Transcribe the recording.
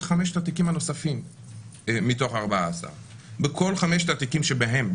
חמשת התיקים הנוספים מתוך 14. בכל חמשת התיקים שבהם